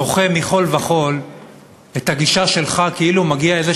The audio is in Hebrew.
אני דוחה מכול וכול את הגישה שלך כאילו מגיע איזה